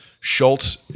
Schultz